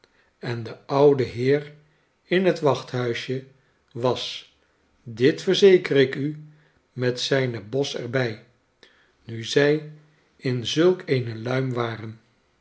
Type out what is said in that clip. en de oude heer in het wachthuisje was dit verzeker ik u met zijne bos er bij nu zij in zulk eene luim waren